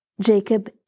Jacob